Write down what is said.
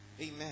amen